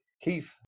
Keith